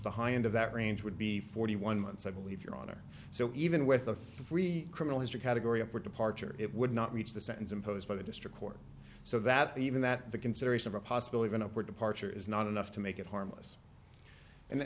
the high end of that range would be forty one months i believe your honor so even with a three criminal history category up or departure it would not reach the sentence imposed by the district court so that even that the consideration of a possible even upward departure is not enough to make it harmless and